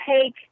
take